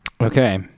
Okay